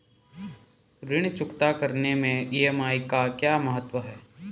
ऋण चुकता करने मैं ई.एम.आई का क्या महत्व है?